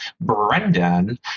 Brendan